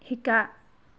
শিকা